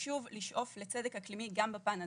וחשוב לשאוף לצדק אקלימי גם בפן הזה.